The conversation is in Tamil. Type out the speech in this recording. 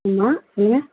ஆமாம் நீங்கள்